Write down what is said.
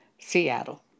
Seattle